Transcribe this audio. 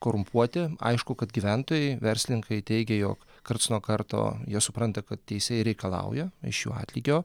korumpuoti aišku kad gyventojai verslininkai teigia jog karts nuo karto jie supranta kad teisėjai reikalauja iš jų atlygio